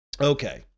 Okay